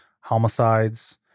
homicides